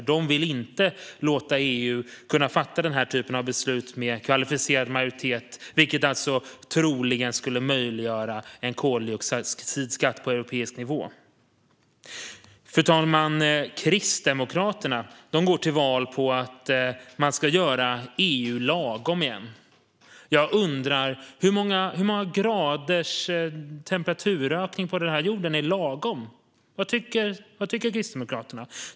De vill inte låta EU kunna fatta den här typen av beslut med kvalificerad majoritet, vilket troligen skulle möjliggöra en koldioxidskatt på europeisk nivå. Fru talman! Kristdemokraterna går till val på att man ska göra EU lagom igen. Jag undrar: Hur många graders temperaturökning på den här jorden är lagom? Vad tycker Kristdemokraterna?